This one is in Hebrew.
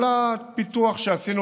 כל הפיתוח שעשינו,